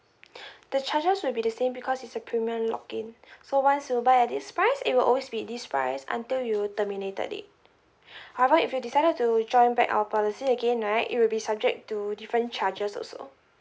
the charges will be the same because it's a premium lock in so once you buy at this price it will always be this price until you terminated it however if you decided to join back our policy again right it will be subject to different charges also